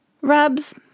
Rub's